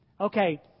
okay